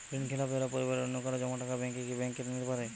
ঋণখেলাপি হলে পরিবারের অন্যকারো জমা টাকা ব্যাঙ্ক কি ব্যাঙ্ক কেটে নিতে পারে?